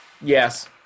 Yes